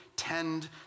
Tend